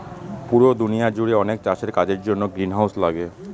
পুরো দুনিয়া জুড়ে অনেক চাষের কাজের জন্য গ্রিনহাউস লাগে